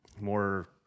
more